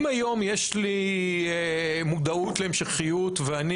אם היום יש לי מודעות להמשכיות ואני